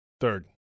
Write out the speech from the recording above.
Third